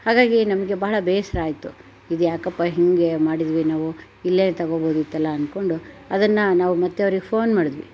ಹಾಗಾಗಿ ನಮಗೆ ಬಹಳ ಬೇಸರ ಆಯಿತು ಇದ್ಯಾಕಪ್ಪ ಹೀಗೆ ಮಾಡಿದ್ವಿ ನಾವು ಇಲ್ಲೇ ತಗೋಬೋದಿತ್ತಲ್ಲ ಅಂದ್ಕೊಂಡು ಅದನ್ನು ನಾವು ಮತ್ತೆ ಅವ್ರಿಗೆ ಫೋನ್ ಮಾಡಿದ್ವಿ